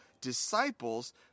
disciples